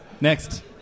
Next